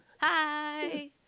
Hi